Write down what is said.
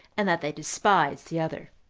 and that they despised the other.